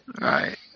Right